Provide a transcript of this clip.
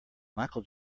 michael